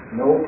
no